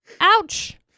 Ouch